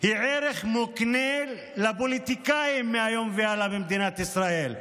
היא ערך מוקנה לפוליטיקאים מהיום והלאה במדינת ישראל,